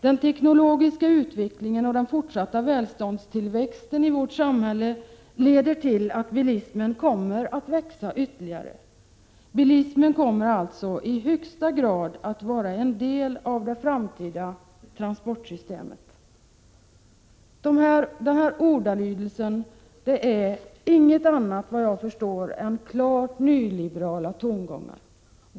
Den teknologiska utvecklingen och den fortsatta välståndstillväxten i vårt samhälle leder till att bilismen kommer att växa ytterligare. Bilismen kommer alltså i högsta grad att vara en del av det framtida transportsystemet. Denna ordalydelse är inget annat än klart nyliberala tongångar.